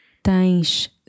Tens